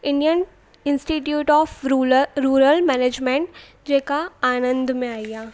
Indian Institute of Ruler Rural Management जेका आनंद में आई आहे